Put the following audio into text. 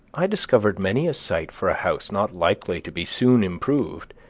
i discovered many a site for a house not likely to be soon improved,